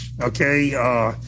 okay